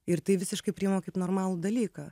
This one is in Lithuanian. ir tai visiškai priima kaip normalų dalyką